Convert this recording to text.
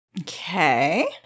Okay